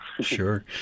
sure